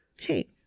Hey